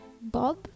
Bob